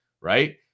Right